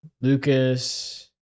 Lucas